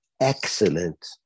excellent